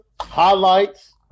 highlights